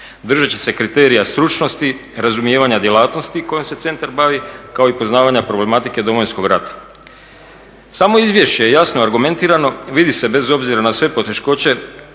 držeći se kriterija stručnosti, razumijevanja djelatnosti kojom se centar bavi kao i poznavanja problematike Domovinskog rata. Samo izvješće je jasno argumentirano, vidi se bez obzira na sve poteškoće